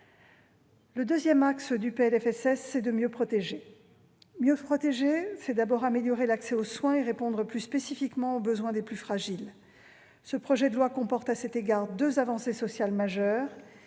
de la sécurité sociale est de mieux protéger. Mieux protéger, c'est d'abord améliorer l'accès aux soins et répondre plus spécifiquement aux besoins des plus fragiles. Ce projet de loi comporte à cet égard deux avancées sociales majeures.